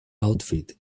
outfit